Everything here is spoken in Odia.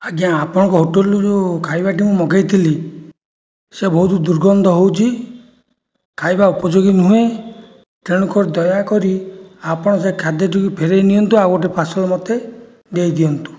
ଆଜ୍ଞା ଆପଣଙ୍କ ହୋଟେଲରୁ ଖାଇବାଟି ମୁଁ ମଗାଇଥିଲି ସେ ବହୁତ ଦୁର୍ଗନ୍ଧ ହେଉଛି ଖାଇବା ଉପଯୋଗୀ ନୁହେଁ ତେଣୁକରି ଦୟାକରି ଆପଣ ସେ ଖାଦ୍ୟଟିକୁ ଫେରାଇ ନିଅନ୍ତୁ ଆଉଗୋଟେ ପାର୍ସଲ ମୋତେ ଦେଇଦିଅନ୍ତୁ